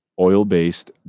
Oil-based